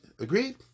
Agreed